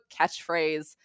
catchphrase